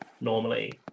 normally